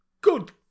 Good